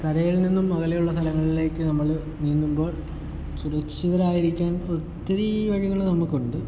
കരയിൽ നിന്നും അകലെയുള്ള സ്ഥലങ്ങളിലേക്ക് നമ്മൾ നീന്തുമ്പോൾ സുരക്ഷിതരായിരിക്കാൻ ഒത്തിരി വഴികൾ നമുക്കുണ്ട്